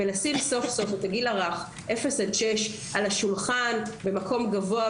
ולשים סוף סוף את הגיל הרך אפס עד שש על השולחן במקום גבוה,